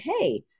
hey